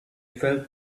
felt